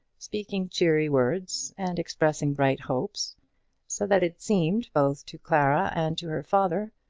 speaking cheery words and expressing bright hopes so that it seemed, both to clara and to her father,